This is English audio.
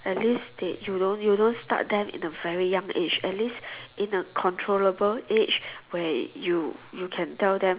at least they you don't you don't start them in a very young age at least in a controllable age where you you can tell them